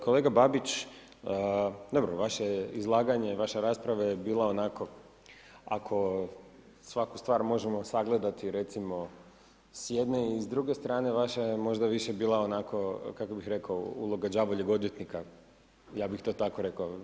Kolega Babić, dobro vaše je izlaganje, vaša rasprava je bila onako, ako svaku stvar možemo sagledati recimo s jedne i s druge strane, vaša je možda više bila onako, kako bih rekao, uloga đavoljeg odvjetnika, ja bih to tako rekao.